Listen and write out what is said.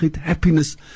happiness